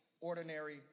ordinary